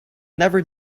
never